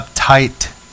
Tight